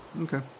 Okay